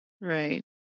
Right